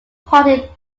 party